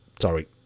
sorry